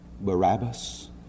Barabbas